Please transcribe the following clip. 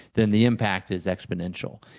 then the impact is exponential.